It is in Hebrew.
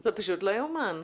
זה פשוט לא יאומן.